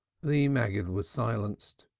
the maggid was silenced.